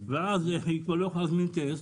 ואז היא כבר לא יכולה להזמין טסט,